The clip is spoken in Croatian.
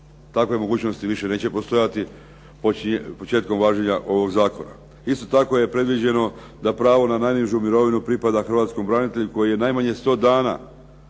Takve mogućnosti više neće postojati početkom važenja ovog zakona. Isto tako je predviđeno da pravo na najnižu mirovinu pripada hrvatskom branitelju koji je najmanje sto dana